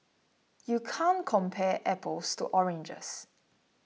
you can't compare apples to oranges